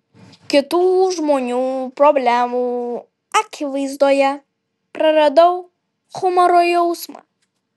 kitų žmonių problemų akivaizdoje praradau humoro jausmą